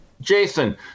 Jason